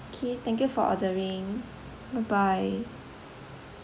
okay thank you for ordering bye bye